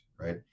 right